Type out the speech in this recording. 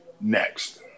Next